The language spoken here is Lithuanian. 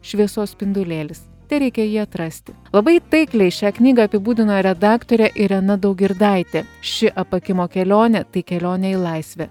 šviesos spindulėlis tereikia jį atrasti labai taikliai šią knygą apibūdino redaktorė irena daugirdaitė ši apakimo kelionė tai kelionė į laisvę